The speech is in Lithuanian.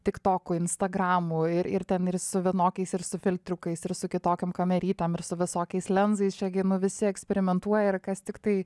tik tokų instagramų ir ir ten ir su vienokiais ir su filtriukais ir su kitokiom kamerytėm ir su visokiais lenzais čia gi nu visi eksperimentuoja ir kas tiktai